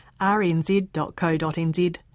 rnz.co.nz